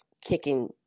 kicking